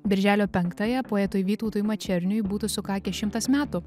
birželio penktąją poetui vytautui mačerniui būtų sukakę šimtas metų